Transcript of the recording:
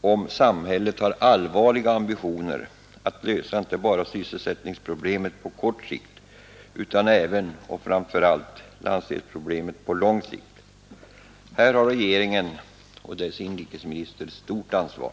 om samhället har allvarliga ambitioner att lösa inte bara sysselsättningsproblemet på kort sikt utan även och framför allt landsdelsproblemet på lång sikt. Regeringen och dess inrikesminister har här ett stort ansvar.